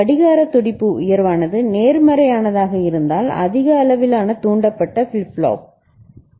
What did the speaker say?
கடிகார துடிப்பு உயர்வானது நேர்மறையானதாக இருந்தால் அதிக அளவிலான தூண்டப்பட்ட ஃபிளிப் ஃப்ளாப் சரி